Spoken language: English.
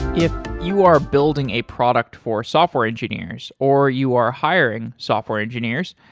if you are building a product for software engineers or you are hiring software engineers,